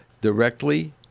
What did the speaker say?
directly